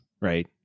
right